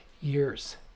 years